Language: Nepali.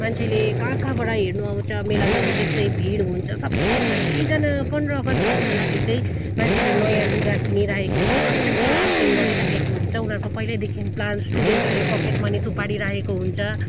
मान्छेले कहाँ कहाँबाट हेर्नु आउँछ मेला ग्राउन्ड त्यस्तै भिड हुन्छ सबैजना पन्ध्र अगस्त भन्नुको लागि चाहिँ मान्छेले नयाँ लुगा किनिराखेको हुन्छ सबै कुरो सपिङ गरिराखेको हुन्छ उनीहरूको पहिल्यैदेखि प्रायः स्टुडेन्टहरूले पकेट मनी थुपारिराखेको हुन्छ